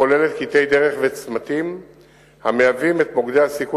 הכוללת קטעי דרך וצמתים שהם מוקדי הסיכון